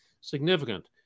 significant